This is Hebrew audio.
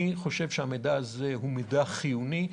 אני חושב שהמידע הזה הוא מידע חיוני.